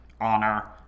honor